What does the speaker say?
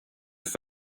have